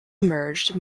emerged